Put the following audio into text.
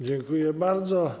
Dziękuję bardzo.